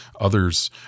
Others